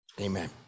Amen